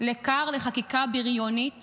לכר לחקיקה בריונית